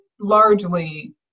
largely